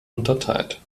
unterteilt